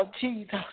Jesus